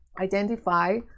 identify